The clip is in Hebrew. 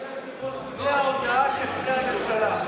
אדוני היושב-ראש, פני ההודעה כפני הממשלה.